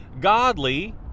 godly